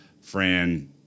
fran